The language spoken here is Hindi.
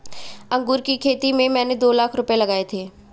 अंगूर की खेती में मैंने दो लाख रुपए लगाए थे